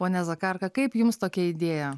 pone zakarka kaip jums tokia idėja